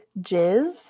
Jizz